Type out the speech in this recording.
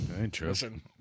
Interesting